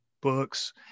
books